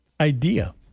idea